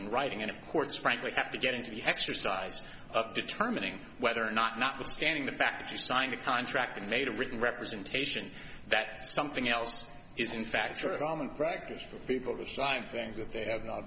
in writing and of course frankly have to get into the exercise of determining whether or not notwithstanding the fact that you signed a contract and made a written representation that something else is in fact or a common practice for people to sign think of they have